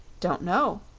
don't know,